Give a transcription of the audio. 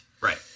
Right